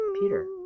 Peter